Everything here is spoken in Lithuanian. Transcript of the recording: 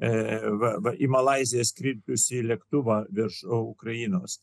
į malaiziją skridusį lėktuvą virš ukrainos